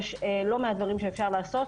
יש לא מעט דברים שאפשר לעשות,